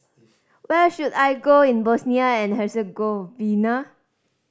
where should I go in Bosnia and Herzegovina